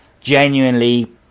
genuinely